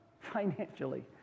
financially